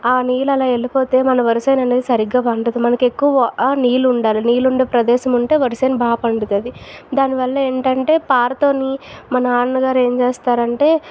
ఆ నీళ్ళు అలా వెళ్ళిపోతే మన వరిసేను అనేది సరిగా పండదు మనకికు ఎక్కువ నీళ్ళు ఉండాలి నీళ్ళు ఉండే ప్రదేశం ఉంటే వరిసేను బాగా పండుతుంది దాని వల్ల ఏమిటంటే పారతోని మా నాన్న గారు ఏం చేస్తారు అంటే